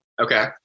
Okay